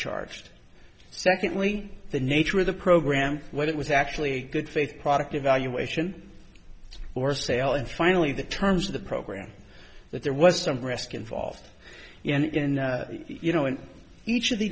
charged secondly the nature of the program what it was actually a good faith product evaluation for sale and finally the terms of the program that there was some risk involved and you know in each of the